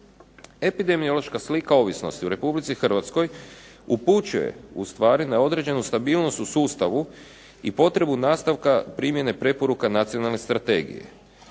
Epidemiološka slika ovisnosti u RH upućuje ustvari na određenu stabilnost u sustavu i potrebu nastavka primjene preporuka Nacionalne strategije.